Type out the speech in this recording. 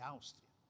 Austria